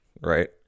right